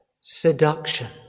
seduction